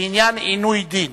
בעניין עינוי דין.